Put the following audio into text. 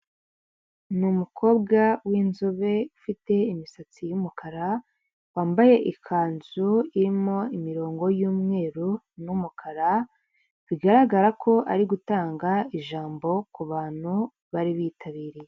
Ni umukobwa winzobe ufite imisatsi y’umukara wambaye ikanzu irimo imirongo y’umweru, n’umukara bigaragara ko ari gutanga ijambo kubantu bari bitabiriye.